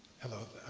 hello.